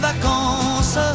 vacances